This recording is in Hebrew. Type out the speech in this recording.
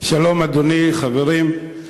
שלום אדוני, חברים,